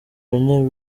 lionel